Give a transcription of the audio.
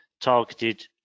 targeted